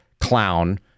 clown